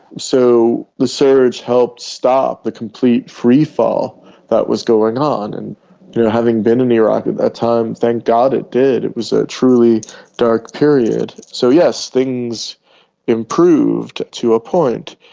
so the surge helped stop the complete freefall that was going on. and you know having been in iraq at that time, thank god it did, it was a truly dark period. so yes, things improved, to a point.